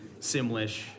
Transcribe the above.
Simlish